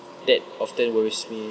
that often worries me